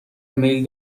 میل